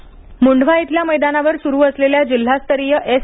बालन करंडक मुंढवा इथल्या मैदानावर सुरू असलेल्या जिल्हास्तरीय एस